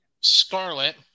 Scarlet